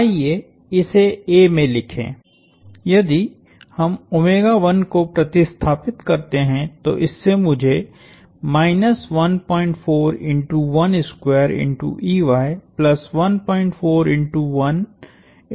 आइए इसे a में लिखें यदि हमको प्रतिस्थापित करते हैं तो इससे मुझेप्राप्त होता है